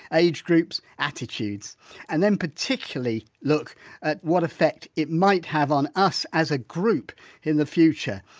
age, groups, attitudes and then particularly, look at what affect it might have on us as a group in the future.